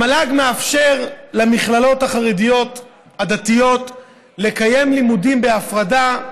המל"ג מאפשר למכללות החרדיות הדתיות לקיים לימודים בהפרדה,